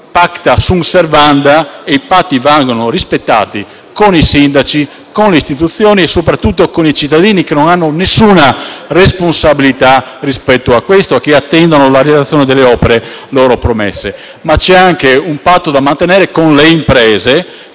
*pacta sunt servanda*, i patti vanno rispettati, con i sindaci, con le istituzioni e soprattutto con i cittadini che non hanno nessuna responsabilità rispetto a questo e che attendono la realizzazione delle opere loro promesse. Ma c'è anche un patto da mantenere con le imprese,